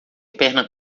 perna